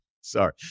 sorry